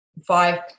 Five